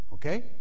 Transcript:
Okay